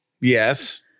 Yes